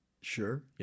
sure